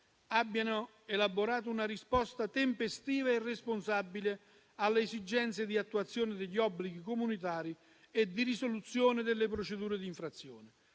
abbiano elaborato una risposta tempestiva e responsabile alle esigenze di attuazione degli obblighi comunitari e di risoluzione delle procedure di infrazione.